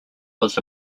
was